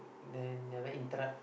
then never interrupt